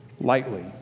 lightly